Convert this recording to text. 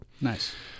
Nice